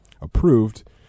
approved